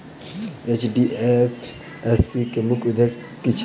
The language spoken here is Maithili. एन.डी.एफ.एस.सी केँ मुख्य उद्देश्य की छैक?